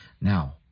Now